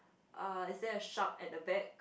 uh is there a shark at the back